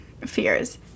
fears